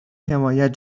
حمایت